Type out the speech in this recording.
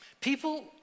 People